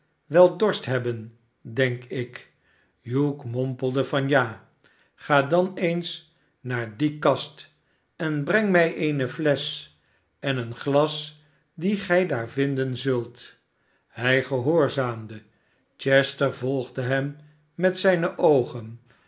wel dorst hebben denkik hugh mompelde van ja ga dan eens naar die kast en breng mij eene flesch en een glas die gij daar vinden zult hij gehoorzaamde chester volgde hem met zijne oogen